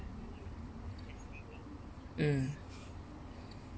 mm